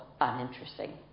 Uninteresting